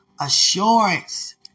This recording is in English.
assurance